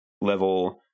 level